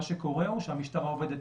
מה שקורה הוא שהמשטרה עובדת,